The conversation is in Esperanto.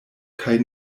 kaj